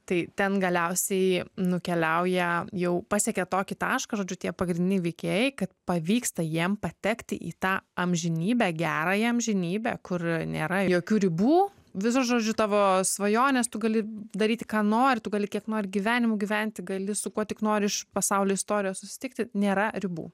tai ten galiausiai nukeliauja jau pasiekia tokį tašką žodžiu tie pagrindiniai veikėjai kad pavyksta jiem patekti į tą amžinybę gerąją amžinybę kur nėra jokių ribų visos žodžiu tavo svajonės tu gali daryti ką nori tu gali kiek nori gyvenimų gyventi gali su kuo tik nori iš pasaulio istorijos susitikti nėra ribų